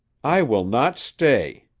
i will not stay!